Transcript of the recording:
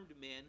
men